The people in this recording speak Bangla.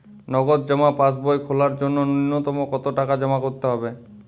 নগদ জমা পাসবই খোলার জন্য নূন্যতম কতো টাকা জমা করতে হবে?